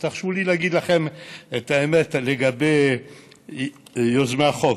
אז תרשו לי להגיד לכם את האמת לגבי יוזמי החוק: